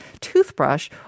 toothbrush